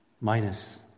minus